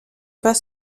pas